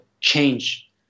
change